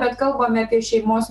bet kalbame apie šeimos